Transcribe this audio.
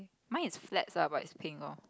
mine is flags lah but it's pink lor